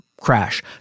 crash